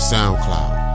SoundCloud